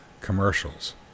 commercials